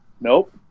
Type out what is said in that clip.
Nope